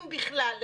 אם בכלל,